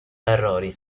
errori